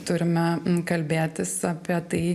turime kalbėtis apie tai